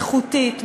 איכותית,